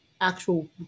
actual